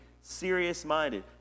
serious-minded